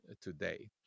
today